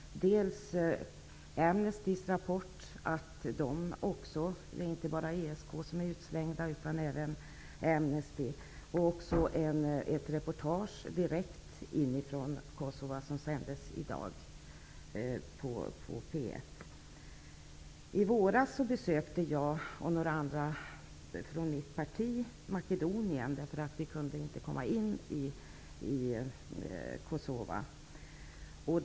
Vi fick höra Amnestys rapport. Det är inte bara ESK som är utslängt utan även Amnesty. Vi fick också höra ett reportage direkt från Kosova. I våras besökte jag och några andra från mitt parti Makedonien, därför att vi inte kunde komma in i Kosova.